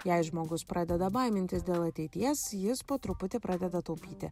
jei žmogus pradeda baimintis dėl ateities jis po truputį pradeda taupyti